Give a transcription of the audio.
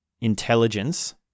intelligence